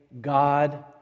God